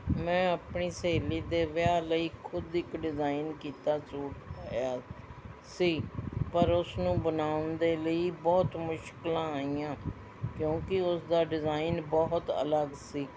ਮੈਂ ਆਪਣੀ ਸਹੇਲੀ ਦੇ ਵਿਆਹ ਲਈ ਖੁਦ ਇੱਕ ਡਿਜ਼ਾਇਨ ਕੀਤਾ ਸੂਟ ਪਾਇਆ ਸੀ ਪਰ ਉਸਨੂੰ ਬਣਾਉਣ ਦੇ ਲਈ ਬਹੁਤ ਮੁਸ਼ਕਲਾਂ ਆਈਆਂ ਕਿਉਂਕਿ ਉਸਦਾ ਡਿਜ਼ਾਇਨ ਬਹੁਤ ਅਲੱਗ ਸੀ